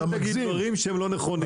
אל תגיד דברים שהם לא נכונים.